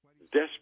desperate